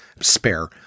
spare